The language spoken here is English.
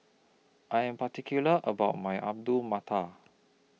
I Am particular about My Alu Matar